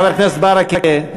חבר הכנסת ברכה,